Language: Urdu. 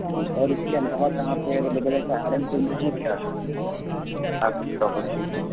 جی اور اس کے علاوہ کہاں پہ اویلیبل ہے سہارنپور میں ہے کیا آپ کی پراپرٹی سر